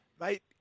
Mate